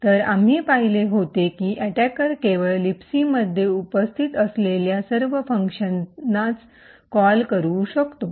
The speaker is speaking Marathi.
तर आम्ही पाहिले होते की अटैकर केवळ लिबसीमध्ये उपस्थित असलेल्या सर्व फंक्शन्सचा आवाहन करु शकतो